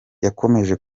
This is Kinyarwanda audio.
yakomeje